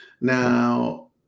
Now